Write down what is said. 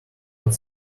but